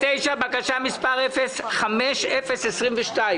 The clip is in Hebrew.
אני מבקש מאנשי משרד האוצר לעקוב אחרי הדברים,